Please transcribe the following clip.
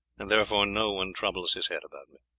and therefore no one troubles his head about me.